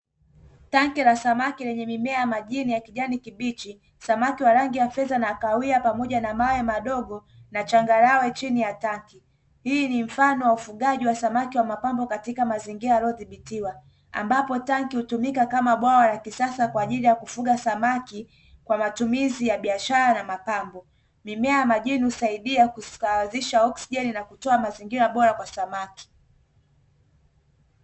Tangi la samaki lenye mimea majini ya kijani kibichi, samaki wa rangi ya fedha na kahawia pamoja na mawe madogo na changarawe chini ya tangi. Hii ni mfano wa ufugaji wa samaki wa mapambo katika mazingira yaliyodhibitiwa ambapo tangi hutumika kama bwawa la kisasa kwa ajili ya kufuga samaki kwa matumizi ya biashara na mapambo. Mimea ya majini husaidia kusawazisha oksijeni na kutoa mazingira bora kwa Samaki.